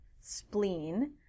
spleen